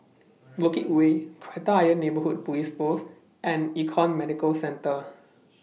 Bukit Way Kreta Ayer Neighbourhood Police Post and Econ Medicare Centre